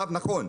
נכון,